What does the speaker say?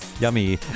Yummy